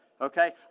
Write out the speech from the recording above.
Okay